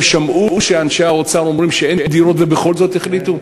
הם שמעו שאנשי האוצר אומרים שאין דירות ובכל זאת החליטו?